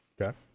Okay